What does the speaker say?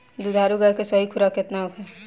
दुधारू गाय के सही खुराक केतना होखे?